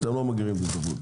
אתם לא מגבירים את התחרות.